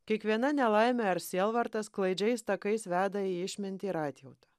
kiekviena nelaimė ar sielvartas klaidžiais takais veda į išmintį ir atjautą